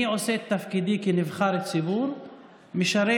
אני עושה את תפקידי כנבחר ציבור ומשרת